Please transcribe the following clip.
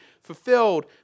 fulfilled